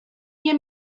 nie